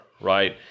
right